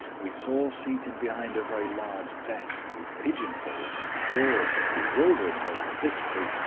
we saw seated behind a very large desk with pigeonholes and drawers of bewildering multiplicity,